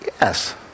Yes